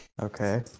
okay